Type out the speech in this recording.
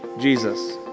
Jesus